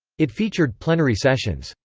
it featured plenary sessions,